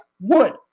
wood